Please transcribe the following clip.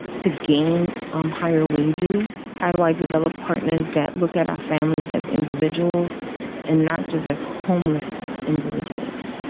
to gain um higher wages? how do i develop partners that look at our families as individuals and not just as homeless individuals?